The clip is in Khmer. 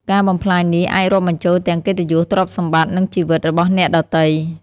ការបំផ្លាញនេះអាចរាប់បញ្ចូលទាំង កិត្តិយស ទ្រព្យសម្បត្តិ និងជីវិត របស់អ្នកដទៃ។